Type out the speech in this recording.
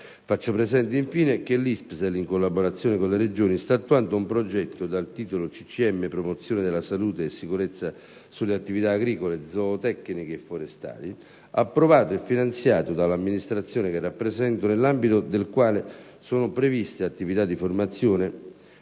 Faccio presente, infine, che, l'ISPESL, in collaborazione con le Regioni, sta attuando un progetto (dal titolo «CCM promozione della salute e sicurezza sulle attività agricole, zootecniche e forestali»), approvato e finanziato dall'amministrazione che rappresento, nell'ambito del quale sono previste attività di formazione